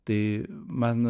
tai man